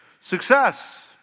Success